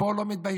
ופה לא מתביישים